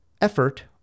Effort